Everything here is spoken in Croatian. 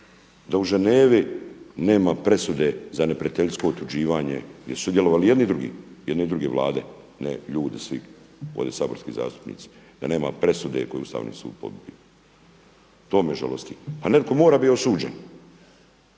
da u Ženevi nema presude za neprijateljsko otuđivanje gdje su sudjelovali jedni i drugi, jedne i druge vlade, ne ljudi svi ovdje saborski zastupnici, da nema presude koju je Ustavni sud …/Govornik se ne razumije./… to me žalosti. A netko mora biti osuđen